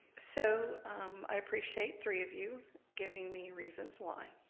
so i appreciate three of you giving me reasons why.